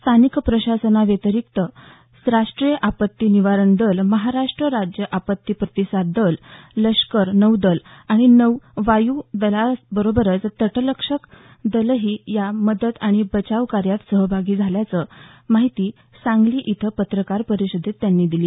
स्थानिक प्रशासनाव्यतिरिक्त राष्ट्रीय आपत्ती निवारण दल महाराष्ट्र राज्य आपत्ती प्रतिसाद पथक लष्कर नौदल आणि वायु दलाबरोबरच तटरक्षक दलही या मदत आणि बचाव कार्यात सहभागी असल्याची माहिती त्यांनी सांगली इथं पत्रकार परिषदेत दिली